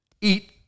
eat